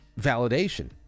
validation